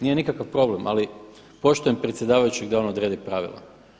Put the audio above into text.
Nije nikakav problem ali poštujem predsjedavajućeg da on odredi pravila.